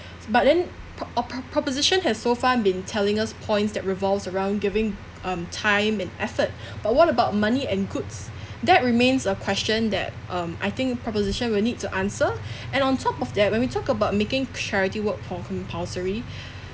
but then prop~ op~ proposition has so far been telling us points that revolves around giving um time and effort but what about money and goods that remains a question that um I think proposition will need to answer and on top of that when we talk about making charity work for compulsory